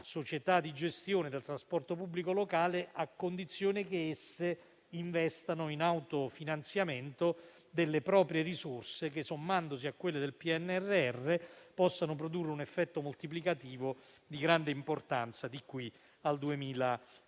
società di gestione del trasporto pubblico locale, a condizione che esse investano in autofinanziamento delle proprie risorse che, sommandosi a quelle del PNRR, possano produrre un effetto moltiplicativo di grande importanza di qui al 2026.